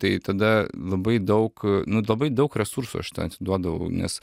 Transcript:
tai tada labai daug nu labai daug resursų aš ten atiduodavau nes